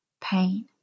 pain